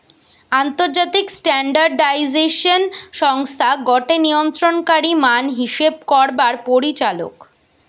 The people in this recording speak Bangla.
আন্তর্জাতিক স্ট্যান্ডার্ডাইজেশন সংস্থা গটে নিয়ন্ত্রণকারী মান হিসেব করবার পরিচালক